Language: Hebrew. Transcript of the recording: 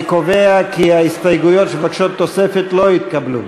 אני קובע כי ההסתייגויות שמבקשות תוספת לא התקבלו.